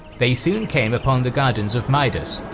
they soon came upon the gardens of midas,